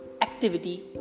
activity